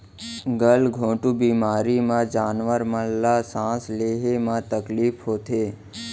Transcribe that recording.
गल घोंटू बेमारी म जानवर ल सांस लेहे म तकलीफ होथे